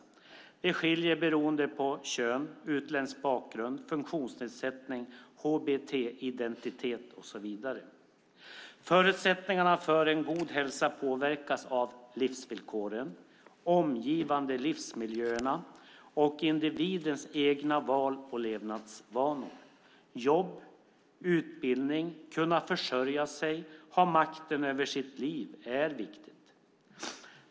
Det finns också skillnader beroende på kön, utländsk bakgrund, funktionsnedsättning, hbt-identitet och så vidare. Förutsättningarna för en god hälsa påverkas av livsvillkoren, omgivande livsmiljöer och individens egna val och levnadsvanor. Jobb och utbildning, att kunna försörja sig och att ha makten över sitt liv är särskilt viktigt.